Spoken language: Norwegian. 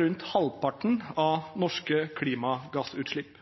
rundt halvparten av norske klimagassutslipp.